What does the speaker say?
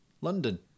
London